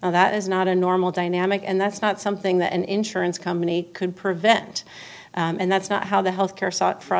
that is not a normal dynamic and that's not something that an insurance company could prevent and that's not how the health care sought fr